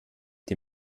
die